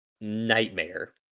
Nightmare